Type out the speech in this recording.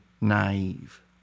naive